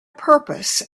purpose